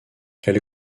elle